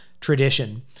tradition